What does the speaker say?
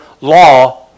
law